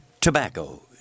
tobacco